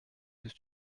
que